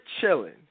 chilling